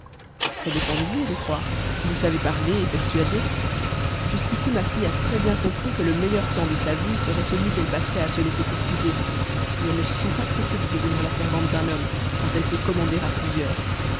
ça dépend de vous je crois si vous savez parler et persuader jusqu'ici ma fille a très bien compris que le meilleur temps de sa vie serait celui qu'elle passerait à se laisser courtiser et elle ne se sent pas pressée de devenir la servante d'un homme quand elle peut commander à plusieurs